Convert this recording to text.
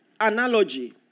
Analogy